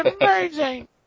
amazing